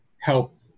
help